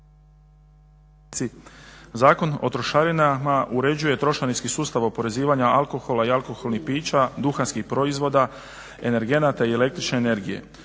Zakon o trošarinama uređuje trošarinski sustav oporezivanja alkohola i alkoholnih pića, duhanskih proizvoda, energenata i električne energije.